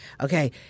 Okay